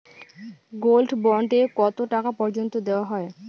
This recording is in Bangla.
গোল্ড বন্ড এ কতো টাকা পর্যন্ত দেওয়া হয়?